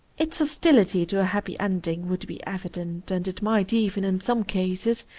its hostility to a happy end ing would be evident, and it might even, in some cases,